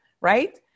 right